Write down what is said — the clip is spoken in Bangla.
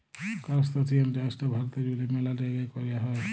কারাস্তাসিয়ান চাইশটা ভারতে জুইড়ে ম্যালা জাইগাই কৈরা হই